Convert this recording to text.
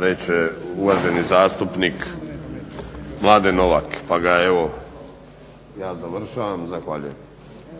reče uvaženi zastupnik Mladen Novak, pa ga evo ja završavam. Zahvaljujem.